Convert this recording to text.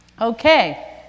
Okay